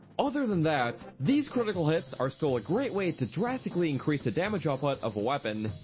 other than that, these critical hits are still a great way to drastically increase the damage output of a weapon,